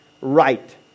right